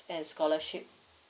and scholarship